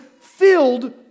filled